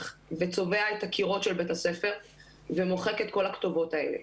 וצובע את הקירות של בית הספר ומוחק את כל הכתובות האלה,